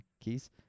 keys